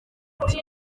ati